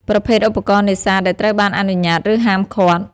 ប្រភេទឧបករណ៍នេសាទដែលត្រូវបានអនុញ្ញាត ឬហាមឃាត់។